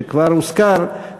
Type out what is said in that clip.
שכבר הוזכר,